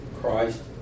Christ